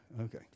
Okay